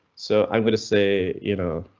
so i'm going to say, you know,